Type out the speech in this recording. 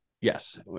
Yes